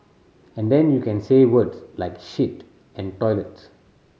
and then you can say words like shit and toilets